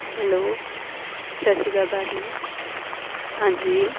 hello ਸਤਿ ਸ਼੍ਰੀ ਅਕਾਲ ਭਾਅ ਜੀ ਹਾਂਜੀ